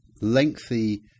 lengthy